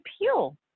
appeal